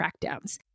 crackdowns